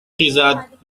خیزد